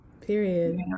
Period